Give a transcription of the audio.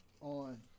on